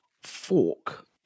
fork